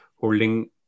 holding